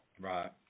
right